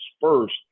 first